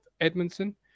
Edmondson